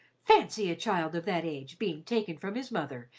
fancy a child of that age being taken from his mother,